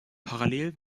parallel